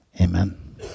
Amen